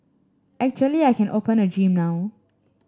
actually I can open a gym now